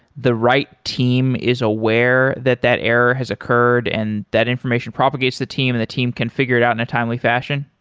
the right team is aware that that error has occurred and that information propagates the team, and the team can figure it out in a timely fashion?